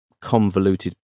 convoluted